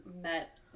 met